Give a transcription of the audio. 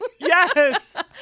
Yes